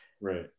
Right